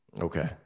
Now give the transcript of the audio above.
Okay